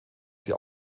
sie